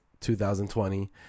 2020